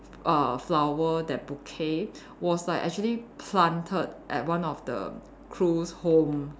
uh flower that bouquet was like actually planted at one of the crew's home